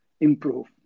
improve